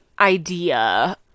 idea